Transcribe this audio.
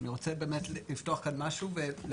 אני רוצה באמת לפתוח כאן משהו ולהגיד